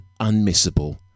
unmissable